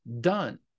done